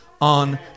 on